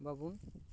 ᱵᱟᱵᱚᱱ